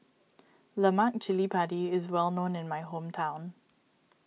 Lemak Cili Padi is well known in my hometown